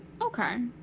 Okay